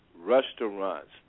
restaurants